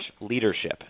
leadership